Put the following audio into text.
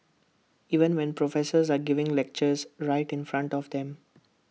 even when professors are giving lectures right in front of them